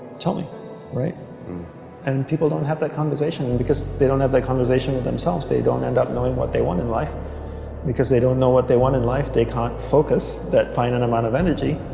tell me right and people don't have that conversation because they don't have that conversation with themselves they don't end up knowing what they want in life because they don't know what they want in life they can't focus that finite amount of energy